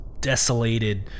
desolated